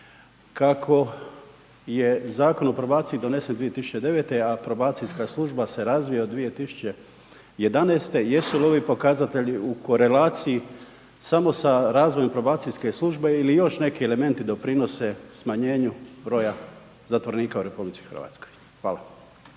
Kako je Zakon o probaciji donesen 2009., a probacijska služba se razvija od 2011. jesu li ovi pokazatelji u korelaciji samo sa razvojem probacijske službe ili još neki elementi doprinose smanjenju broja zatvorenika u RH? **Reiner, Željko